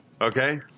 Okay